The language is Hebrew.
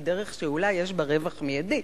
היא דרך שאולי יש בה רווח מיידי,